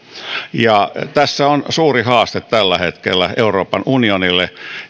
tässä on suuri haaste tällä hetkellä euroopan unionille